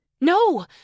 No